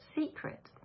secret